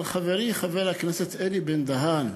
אבל חברי חבר הכנסת אלי בן-דהן,